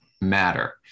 matter